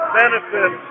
benefit